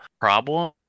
problem